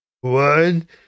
One